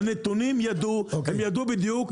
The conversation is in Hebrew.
הם ידעו את הנתונים בדיוק.